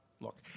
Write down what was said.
Look